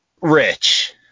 Rich